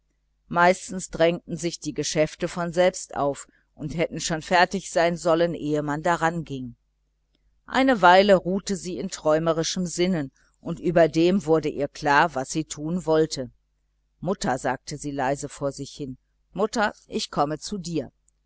meistens drängten sich die geschäfte von selbst auf und hätten schon fertig sein sollen ehe man daran ging eine weile ruhte sie in träumerischem sinnen und über dem wurde ihr klar was sie tun wollte mutter sagte sie leise vor sich hin mutter ich komme zu dir